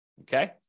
okay